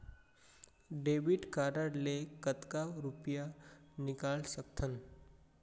Debit card ले कतका रुपिया निकाल सकथन?